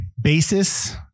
basis